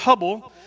Hubble